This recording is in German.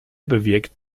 bewirkt